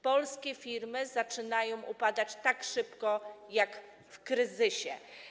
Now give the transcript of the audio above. Polskie firmy zaczynają upadać tak szybko jak w kryzysie.